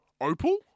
Opal